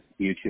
YouTube